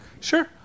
Sure